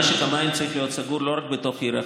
משק המים צריך להיות סגור לא רק בתוך עיר אחת.